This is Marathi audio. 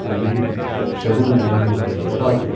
आणि शगुन डायनिंग हॉलच्या बाजूला